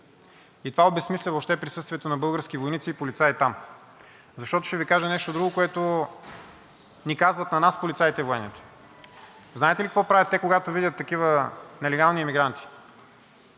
И това обезсмисля въобще присъствието на български войници и полицаи там. Защото ще Ви кажа нещо друго, което ни казват на нас полицаите и военните. Знаете ли какво правят те, когато видят такива нелегални емигранти?